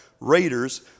Raiders